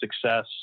success